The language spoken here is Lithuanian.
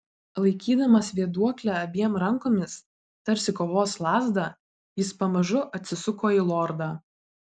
laikydamas vėduoklę abiem rankomis tarsi kovos lazdą jis pamažu atsisuko į lordą